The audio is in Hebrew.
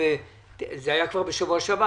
גם על שעות התמרוץ והטיפוח,